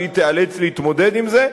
שהיא תיאלץ להתמודד עם זה,